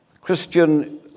Christian